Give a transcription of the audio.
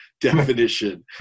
definition